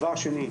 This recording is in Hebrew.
שנית,